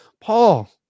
Paul